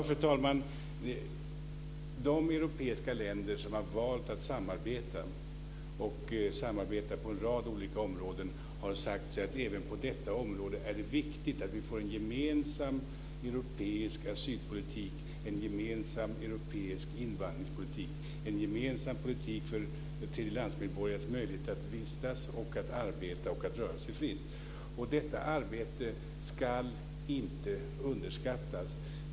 Fru talman! De europeiska länder som har valt att samarbeta på en rad olika områden har sagt sig att det även på detta område är viktigt att vi får en gemensam europeisk asylpolitik, en gemensam europeisk invandringspolitik och en gemensam politik för tredjelandsmedborgares möjligheter att vistas, arbeta och röra sig fritt i området. Detta arbete ska inte underskattas.